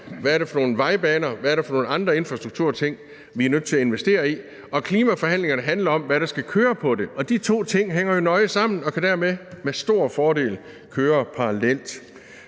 hvad det er for nogle vejbaner, hvad det er for nogle andre infrastrukturting, vi er nødt til at investere i, og klimaforhandlingerne handler om, hvad der skal køre på dem, og de to ting hænger jo nøje sammen og kan dermed med stor fordel køre parallelt.